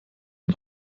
ein